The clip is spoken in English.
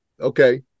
okay